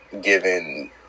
given